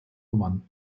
gewannen